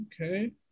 Okay